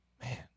Man